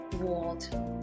world